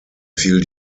fiel